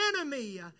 enemy